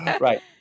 Right